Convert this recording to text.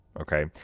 Okay